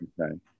okay